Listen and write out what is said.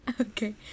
Okay